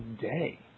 day